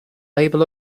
label